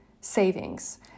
savings